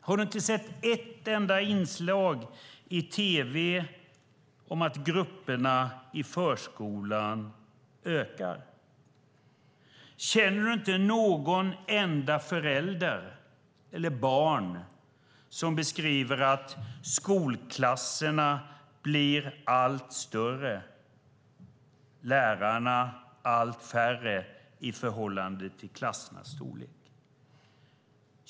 Har du inte sett ett enda inslag i tv om att grupperna i förskolan ökar i storlek? Känner du inte någon enda förälder eller något barn som beskriver att skolklasserna blir allt större och lärarna allt färre i förhållande till klassernas storlek?